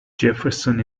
jefferson